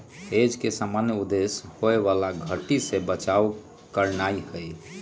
hedge के सामान्य उद्देश्य होयबला घट्टी से बचाव करनाइ हइ